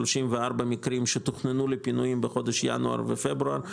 של 34 המקרים שתוכננו לפינויים בחודשים ינואר ופברואר.